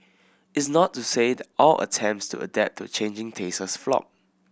it's not to say the all attempts to adapt to changing tastes flopped